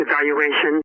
evaluation